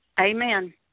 Amen